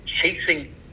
Chasing